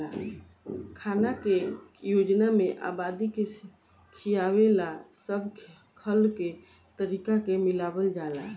खाना के योजना में आबादी के खियावे ला सब खल के तरीका के मिलावल जाला